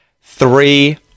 three